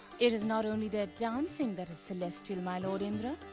it is not only their dancing that is celestial, my lord indra